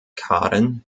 karen